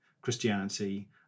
Christianity